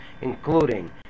including